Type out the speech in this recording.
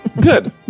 Good